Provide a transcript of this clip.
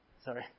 Sorry